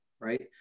right